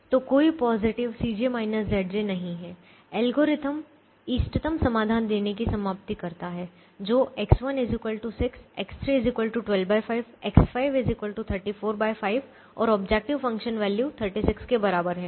तो कोई पॉजिटिव नहीं है एल्गोरिथ्म इष्टतम समाधान देने की समाप्ति करता है जो X1 6 X3 125 X5 345 और ऑब्जेक्टिव फ़ंक्शन वैल्यू 36 के बराबर है